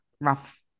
rough